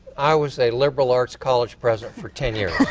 i was a liberal arts college president for ten years.